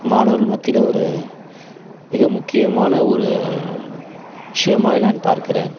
மாணவர்கள் மத்தியில ஒரு மிக முக்கியமான ஒரு விஷயமாய் நான் பார்க்கிறேன்